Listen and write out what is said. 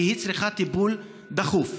כי היא צריכה טיפול דחוף.